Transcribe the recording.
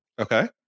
Okay